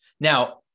Now